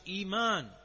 iman